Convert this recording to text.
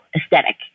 aesthetic